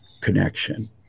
connection